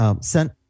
sent